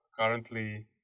Currently